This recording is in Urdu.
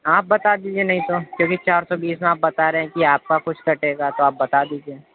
آپ بتا دیجیے نہیں تو کیونکہ چار سو بیس آپ بتا رہے ہیں کہ آپ کا کچھ کٹے گا تو آپ بتا دیجیے